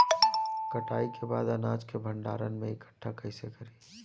कटाई के बाद अनाज के भंडारण में इकठ्ठा कइसे करी?